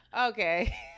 Okay